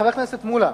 חבר הכנסת מולה,